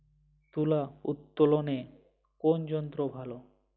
তুলা উত্তোলনে কোন যন্ত্র ভালো?